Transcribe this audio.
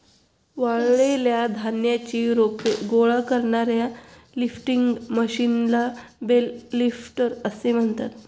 वाळलेल्या धान्याची रोपे गोळा करणाऱ्या लिफ्टिंग मशीनला बेल लिफ्टर असे म्हणतात